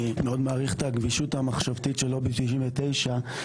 אני מאוד מעריך את הגמישות המחשבתית של לובי 99 שהתנגד